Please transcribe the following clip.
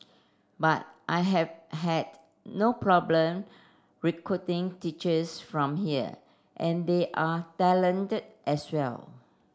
but I have had no problem recruiting teachers from here and they are talented as well